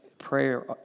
Prayer